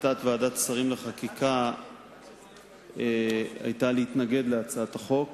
החלטת ועדת השרים לחקיקה היתה להתנגד להצעת החוק